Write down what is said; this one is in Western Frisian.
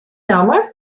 namme